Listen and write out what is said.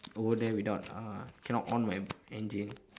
over there without uh cannot on my engine